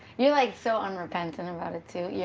you're like so unrepentant about it, too. yeah